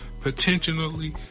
potentially